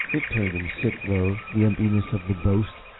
it turned him sick, though, the emptiness of the boast.